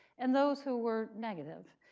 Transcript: and those who were negative.